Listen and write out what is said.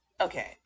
Okay